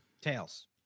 Tails